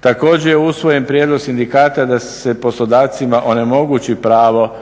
Također je usvojen prijedlog sindikat da se poslodavcima onemogući pravo